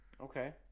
Okay